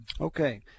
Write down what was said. Okay